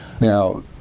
Now